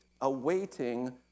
awaiting